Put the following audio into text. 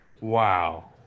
Wow